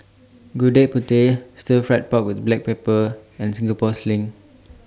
Gudeg Putih Stir Fried Pork with Black Pepper and Singapore Sling